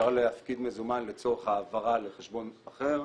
אפשר להפקיד מזומן לצורך העברה לחשבון אחר,